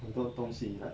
很多东西 like